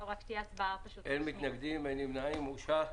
הצבעה אושר.